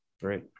Great